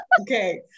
okay